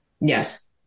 Yes